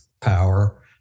power